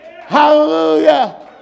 Hallelujah